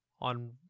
on